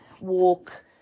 walk